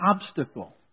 obstacle